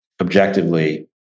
objectively